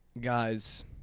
guys